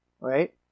right